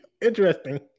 Interesting